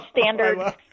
standard